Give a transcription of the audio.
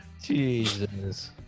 Jesus